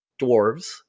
dwarves